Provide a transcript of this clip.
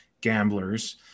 gamblers